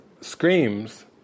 screams